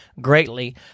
greatly